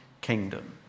kingdom